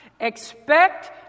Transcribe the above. Expect